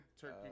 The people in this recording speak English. turkey